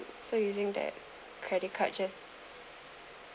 so using that credit card just